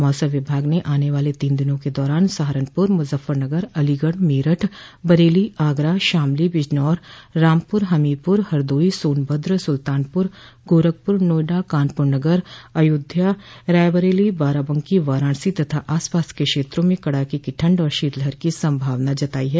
मौसम विभाग ने आने वाले तीन दिनों के दौरान सहारनपुर मुजफ्फरनगर अलीगढ़ मेरठ बरेली आगरा शामली बिजनौर रामपर हमीरपुर हरदोई सोनभद सुल्तानपुर गोरखपुर नोएडा कानपुर नगर अयोध्या रायबरेली बाराबंकी वाराणसी तथा आस पास के क्षेत्रों में कड़ाके की ठंड और शीतलहर की संभावना जताई है